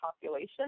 population